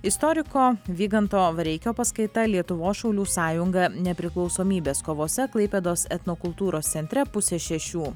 istoriko vyganto vareikio paskaita lietuvos šaulių sąjunga nepriklausomybės kovose klaipėdos etnokultūros centre pusę šešių